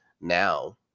now